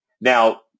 Now